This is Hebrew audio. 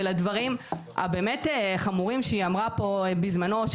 ולדברים החמורים שהיא אמרה פה בזמנו,